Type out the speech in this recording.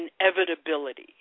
inevitability